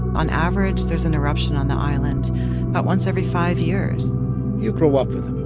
on average, there's an eruption on the island about once every five years you grow up with them,